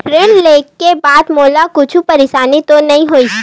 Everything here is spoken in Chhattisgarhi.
ऋण लेके बाद मोला कुछु परेशानी तो नहीं होही?